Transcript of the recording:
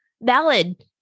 valid